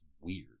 weird